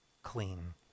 clean